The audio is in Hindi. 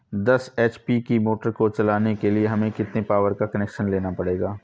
दस एच.पी की मोटर को चलाने के लिए हमें कितने पावर का कनेक्शन लेना पड़ेगा?